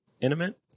intimate